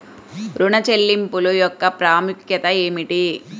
ఋణ చెల్లింపుల యొక్క ప్రాముఖ్యత ఏమిటీ?